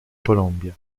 colombia